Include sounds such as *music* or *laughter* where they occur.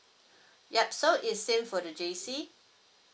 *breath* yup so it's same for the J_C